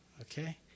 Okay